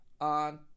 on